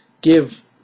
give